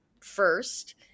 first